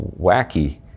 wacky